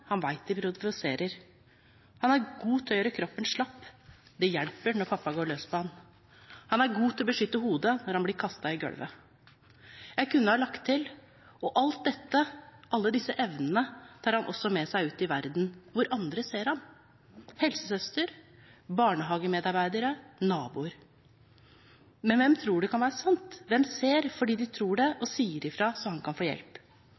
han vet de provoserer. Han er god til å gjøre kroppen slapp, det hjelper når pappa går løs på ham. Han er god til å beskytte hodet når han blir kastet i gulvet. Jeg kunne ha lagt til: Alt dette, alle disse evnene, tar han også med seg ut i verden, hvor andre ser ham – helsesøster, barnehagemedarbeidere, naboer. Men hvem tror det kan være sant? Hvem ser fordi de tror det, og sier ifra, så han kan få hjelp?